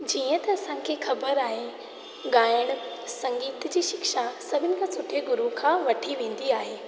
जीअं त असां खे ख़बरु आहे ॻाइणु संगीत जी शिक्षा सभिनि खां सुठे गुरू खां वरिती वेंदी आहे